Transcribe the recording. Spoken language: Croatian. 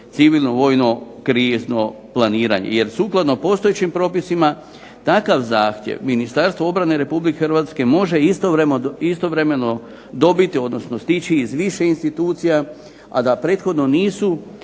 civilno-vojno krizno planiranje. Jer sukladno postojećim propisima takav zahtjev Ministarstvo obrane RH može istovremeno dobiti, odnosno stići iz više institucija, a da prethodno nisu